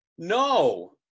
no